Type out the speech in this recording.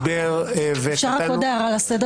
אפשר עוד הערה לסדר